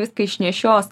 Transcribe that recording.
viską išnešios